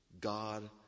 God